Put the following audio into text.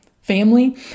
family